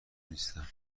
نیستم